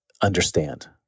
understand